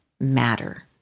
matter